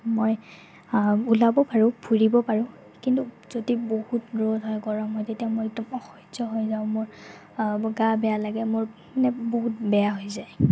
মই ওলাব পাৰোঁ ফুৰিব পাৰোঁ কিন্তু যদি বহুত ৰ'দ হয় গৰম হয় তেতিয়া মই একদম অসহ্য হৈ যাওঁ মোৰ গা বেয়া লাগে মোৰ মানে বহুত বেয়া হৈ যায়